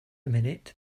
minute